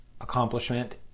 accomplishment